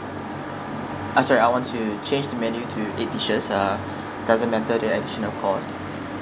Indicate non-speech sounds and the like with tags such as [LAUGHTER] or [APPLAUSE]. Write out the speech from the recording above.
ah sorry I want to change the menu to eight dishes uh [BREATH] doesn't matter the additional cost